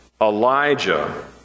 Elijah